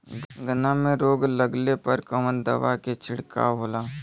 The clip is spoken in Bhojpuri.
गन्ना में रोग लगले पर कवन दवा के छिड़काव होला?